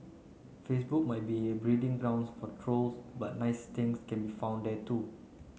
Facebook might be a breeding ground for trolls but nice things can be found there too